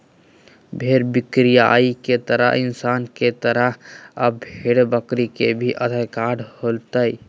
भेड़ बिक्रीयार्ड के तहत इंसान के तरह अब भेड़ बकरी के भी आधार कार्ड होतय